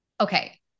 okay